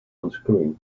unscrewing